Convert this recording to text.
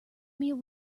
meal